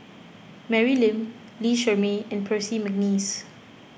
Mary Lim Lee Shermay and Percy McNeice